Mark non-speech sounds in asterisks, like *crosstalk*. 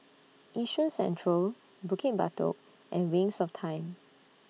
*noise* Yishun Central Bukit Batok and Wings of Time